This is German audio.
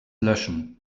löschen